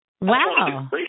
Wow